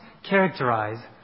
characterize